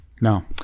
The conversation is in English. No